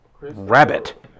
Rabbit